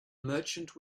merchant